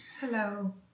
Hello